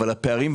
אבל הפערים,